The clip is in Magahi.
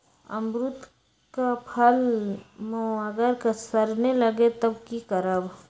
अमरुद क फल म अगर सरने लगे तब की करब?